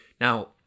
Now